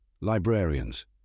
Librarians